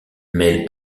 mêle